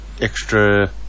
extra